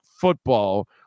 football